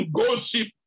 gossip